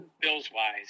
bills-wise